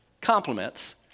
compliments